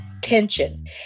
tension